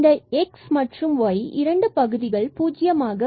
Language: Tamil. இந்த x and y இரண்டு பகுதிகளை பூஜ்யமாக்க வேண்டும்